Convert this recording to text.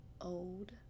Old